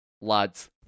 lads